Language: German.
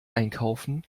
einkaufen